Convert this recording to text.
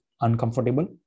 uncomfortable